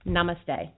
Namaste